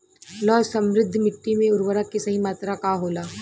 लौह समृद्ध मिट्टी में उर्वरक के सही मात्रा का होला?